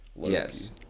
yes